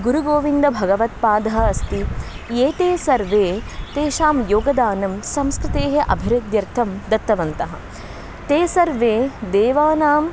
गुरुगोविन्दभगवत्पादः अस्ति एते सर्वे तेषां योगदानं संस्कृतेः अभिवृद्ध्यर्थं दत्तवन्तः ते सर्वे देवानाम्